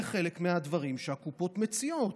זה חלק מהדברים שהקופות מציעות.